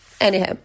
Anyhow